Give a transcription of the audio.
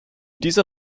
dieser